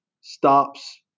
stops